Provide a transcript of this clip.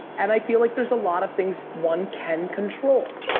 and i feel like there's a lot of things one can control.